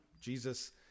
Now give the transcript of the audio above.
Jesus